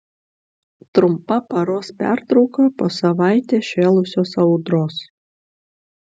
trumpa paros pertrauka po savaitę šėlusios audros